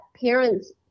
parents